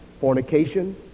fornication